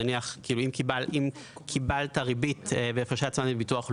נניח, אם קיבלת ריבית --- מביטוח לאומי,